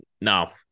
No